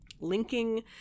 linking